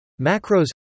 Macros